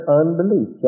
unbelief